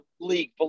league